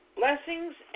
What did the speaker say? blessings